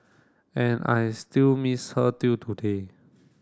and I still miss her till today